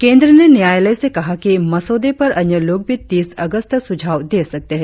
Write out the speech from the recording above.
केंद्र ने न्यायालय से कहा कि मसौदे पर अन्य लोग भी तीस अगस्त तक सुझाव दे सकते है